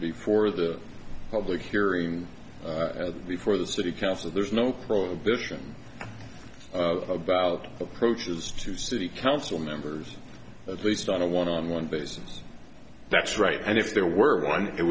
before the public hearing before the city council there's no prohibition about approaches to city council members of least on a one on one basis that's right and if there were one it